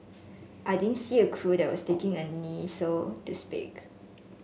I didn't see a crew that was taking a knee so to speak